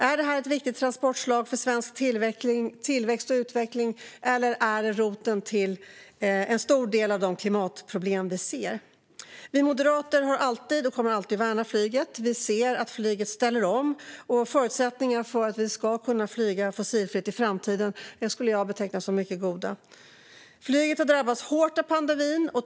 Är det här ett viktigt transportslag för svensk tillväxt och utveckling, eller är det roten till en stor del av de klimatproblem vi ser? Vi moderater har alltid värnat och kommer alltid att värna flyget. Vi ser att flyget ställer om. Förutsättningarna för att vi ska kunna flyga fossilfritt i framtiden skulle jag beteckna som mycket goda. Flyget har drabbats hårt av pandemin.